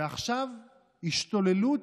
ועכשיו השתוללות,